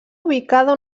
ubicada